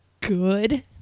good